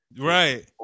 Right